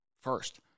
first